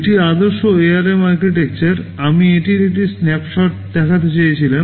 এটি আদর্শ ARM architecture আমি এটির একটি স্ন্যাপশট দেখাতে চেয়েছিলাম